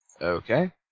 Okay